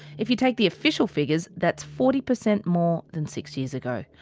if you take the official figures, that's forty percent more than six years ago.